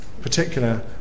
particular